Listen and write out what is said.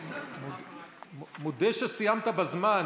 מודה שסיימת בזמן,